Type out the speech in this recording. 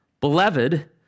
Beloved